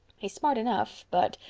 he's smart enough, but.